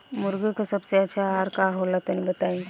मुर्गी के सबसे अच्छा आहार का होला तनी बताई?